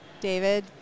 David